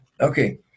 Okay